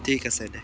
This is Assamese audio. ঠিক আছে দে